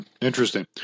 interesting